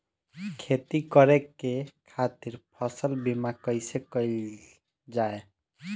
खेती करे के खातीर फसल बीमा कईसे कइल जाए?